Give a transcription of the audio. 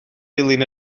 dilyn